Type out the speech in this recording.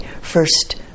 first